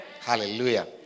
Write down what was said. Hallelujah